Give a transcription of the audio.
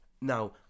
Now